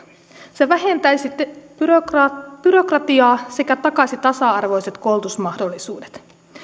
se vähentäisi byrokratiaa byrokratiaa sekä takaisi tasa arvoiset koulutusmahdollisuudet